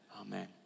Amen